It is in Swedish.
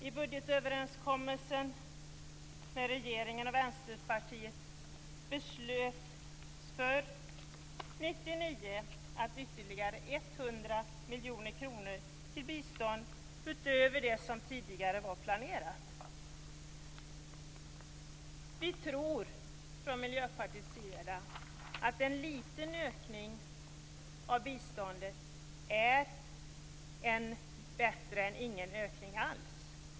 I budgetöverenskommelsen med regeringen och Vänsterpartiet beslöts för år 1999 att ytterligare 100 miljoner kronor skall gå till bistånd utöver det som tidigare var planerat. Vi tror från Miljöpartiets sida att en liten ökning av biståndet är bättre än ingen ökning alls.